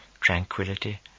tranquility